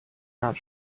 not